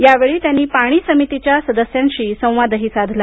या वेळी ते पाणी समितीच्या सदस्यांशी संवाद ही साधला